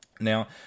Now